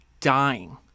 dying